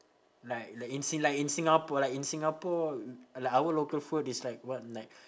like like in si~ like in singapo~ like in singapore like our local food is like what like